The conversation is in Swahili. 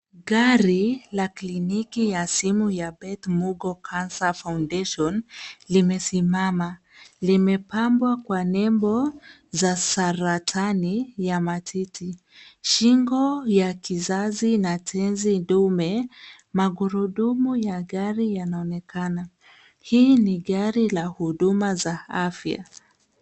Gari la kliniki ya Simu ya Bet Mugo Cancer Foundation limesimama, limepambwa kwa nembo za saratani ya matiti, shingo ya kizazi na tenzi dume magurudumu ya gari yanonekana. Hii ni gari la huduma za afya.